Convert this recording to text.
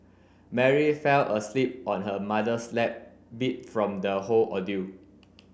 Mary fell asleep on her mother's lap beat from the whole ordeal